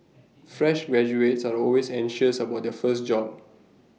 fresh graduates are always anxious about their first job